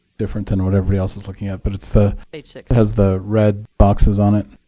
different than what everybody else is looking at but it's the page six. has the red boxes on it.